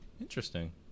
Interesting